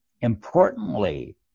importantly